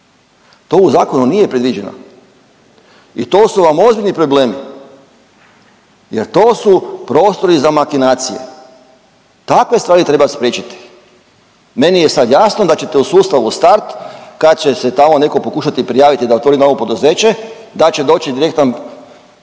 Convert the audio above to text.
To u zakonu nije predviđeno. I to su vam ozbiljni problemi, jer to su prostori za makinacije. Takve stvari treba spriječiti. Meni je sad jasno da ćete u sustavu Start kad će se tamo netko pokušati prijaviti da otvori novo poduzeće da će doći direktan